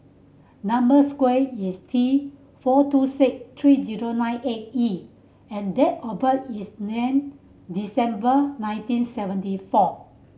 number sequence is T four two six three zero nine eight E and date of birth is December nineteen seventy four